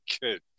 Good